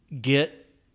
get